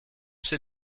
sait